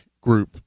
group